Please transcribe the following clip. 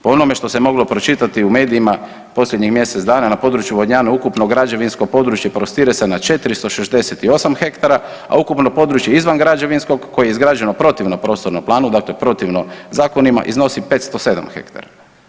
Po onome što se moglo pročitati u medijima, posljednjih mjesec dana, na području Vodnjana, ukupno građevinsko područje prostire se na 468 hektara, a ukupno područje izvan građevinskog, koje je izgrađeno protivno prostornom planu, dakle protivno zakonima, iznosi 507 hektara.